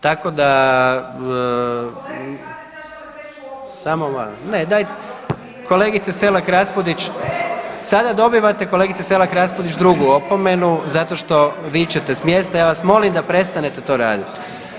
Tako da … [[Upadica iz klupe se ne razumije]] samo malo, ne, daj, kolegice Selak Raspudić sada dobivate, kolegice Selak Raspudić drugu opomenu zato što vičete s mjesta, ja vas molim da prestanete to radit.